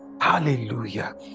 Hallelujah